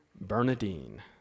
Bernadine